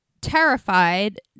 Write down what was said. terrified